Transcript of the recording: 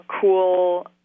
cool